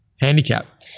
Handicap